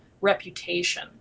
reputation